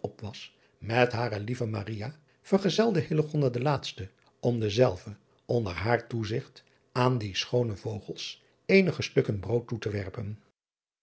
op was met hare lieve vergezelde de laatste om dezelve onder haar toezigt aan die schoone vogels eenige stukken brood toe te werpen